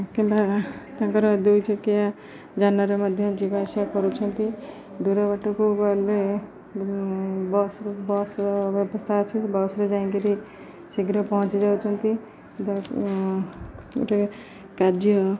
କିମ୍ବା ତାଙ୍କର ଦୁଇ ଚକିଆ ଯାନରେ ମଧ୍ୟ ଯିବାଆସିବା ଆସିବା କରୁଛନ୍ତି ଦୂର ବାଟକୁ ଗଲେ ବସ୍ ବସ୍ର ବ୍ୟବସ୍ଥା ଅଛି ବସ୍ରେ ଯାଇକିରି ଶୀଘ୍ର ପହଞ୍ଚି ଯାଉଛନ୍ତି ଯ ଗୋଟେ କାର୍ଯ୍ୟ